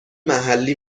محلی